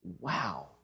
wow